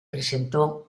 presentó